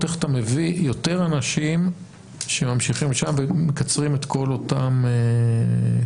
איך אתה מביא יותר אנשים שממשיכים שם ומקצרים את כל אותם תהליכים